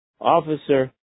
officer